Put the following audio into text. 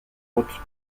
autres